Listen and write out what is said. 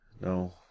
No